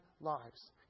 lives